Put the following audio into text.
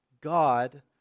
God